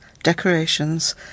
Decorations